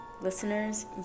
listeners